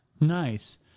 Nice